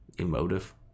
emotive